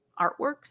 Artwork